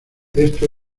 esto